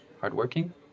Hardworking